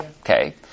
okay